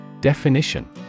Definition